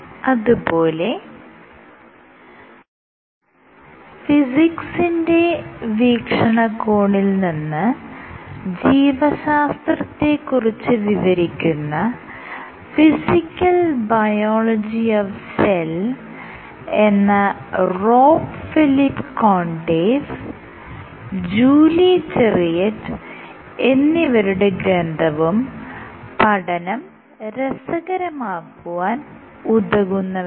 അതുപോലെ ഫിസിക്സിന്റെ വീക്ഷണകോണിൽ നിന്ന് ജീവശാസ്ത്രത്തെ കുറിച്ച് വിവരിക്കുന്ന ഫിസിക്കൽ ബയോളജി ഓഫ് സെൽ എന്ന Rob Philip Kondev Julie Theriot എന്നിവരുടെ ഗ്രന്ഥവും പഠനം രസകരമാക്കാൻ ഉതകുന്നവയാണ്